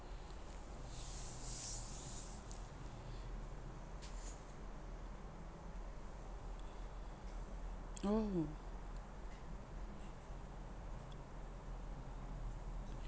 oh